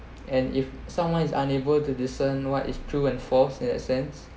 and if someone is unable to discern what is true and false in that sense